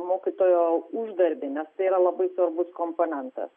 mokytojo uždarbį nes tai yra labai svarbus komponentas